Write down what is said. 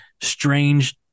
strange